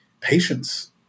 patience